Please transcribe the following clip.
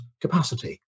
capacity